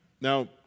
Now